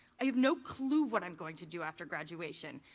i have no clue what i'm going to do after graduation.